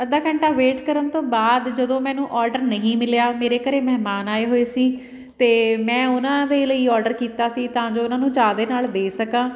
ਅੱਧਾ ਘੰਟਾ ਵੇਟ ਕਰਨ ਤੋਂ ਬਾਅਦ ਜਦੋਂ ਮੈਨੂੰ ਔਡਰ ਨਹੀਂ ਮਿਲਿਆ ਮੇਰੇ ਘਰ ਮਹਿਮਾਨ ਆਏ ਹੋਏ ਸੀ ਅਤੇ ਮੈਂ ਉਹਨਾਂ ਦੇ ਲਈ ਔਡਰ ਕੀਤਾ ਸੀ ਤਾਂ ਜੋ ਉਹਨਾਂ ਨੂੰ ਚਾਹ ਦੇ ਨਾਲ ਦੇ ਸਕਾਂ